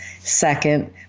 Second